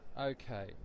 Okay